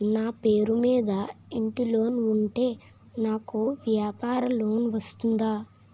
నా పేరు మీద ఇంటి లోన్ ఉంటే నాకు వ్యాపార లోన్ వస్తుందా?